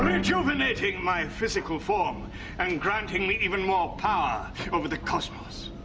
rejuvenating my physical form and granting me even more power over the cosmos.